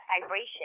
vibration